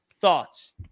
thoughts